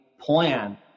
plan